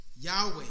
Yahweh